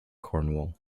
cornwall